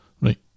Right